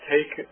take